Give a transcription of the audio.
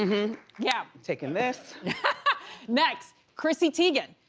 yeah. taking this next, chrissy tiegen.